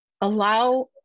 allow